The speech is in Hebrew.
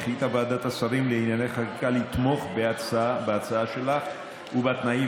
החליטה ועדת השרים לענייני חקיקה לתמוך בהצעה שלך בתנאים